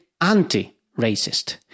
anti-racist